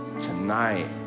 tonight